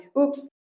Oops